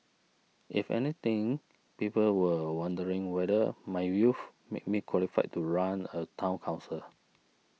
if anything people were wondering whether my youth made me qualified to run a Town Council